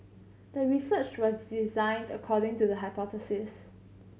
the research was designed according to the hypothesis